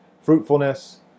fruitfulness